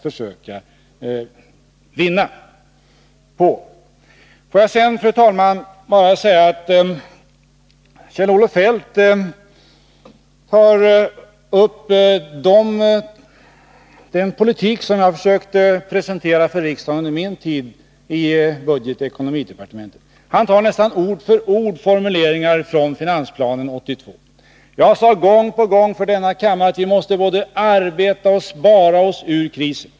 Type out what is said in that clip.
Får jag vidare, fru talman, bara säga att Kjell-Olof Feldt beskriver samma typ av politik som jag har försökt presentera för riksdagen under min tid i ekonomioch budgetdepartementen. Han använder nästan ord för ord formuleringar från 1982 års finansplan. Jag sade gång på gång inför denna kammare att vi måste både arbeta och spara oss ur krisen.